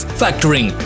factoring